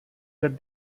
that